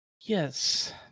Yes